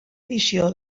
edició